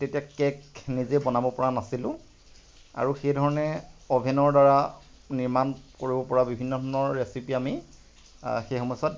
তেতিয়া কেক নিজে বনাব পৰা নাছিলোঁ আৰু সেইধৰণে অভেনৰ দ্বাৰা নিৰ্মাণ কৰিব পৰা বিভিন্ন ধৰণৰ ৰেচিপি আমি সেই সময়ছোৱাত